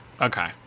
Okay